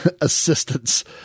assistance